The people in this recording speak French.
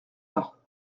pas